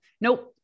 Nope